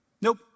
nope